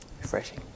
Refreshing